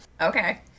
okay